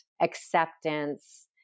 acceptance